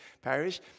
Parish